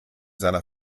seiner